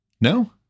No